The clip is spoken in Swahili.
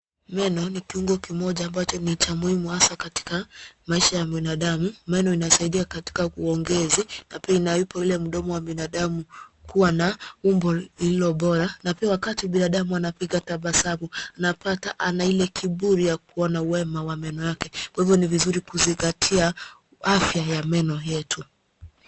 Meno ni kiungo kimoja ambacho ni cha muhimu hasa katika maisha ya mwanadamu. Meno inasaidia katika uongezi na pia inaipa ule mdomo wa binadamu kuwa na umbo lililo bora na pia wakati binadamu anapiga tabasamu anapata ana ile kiburi ya kuwa na wema wa meno yake kwa hivyo ni vizuri kuzingatia afya ya meno yetu.